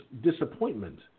disappointment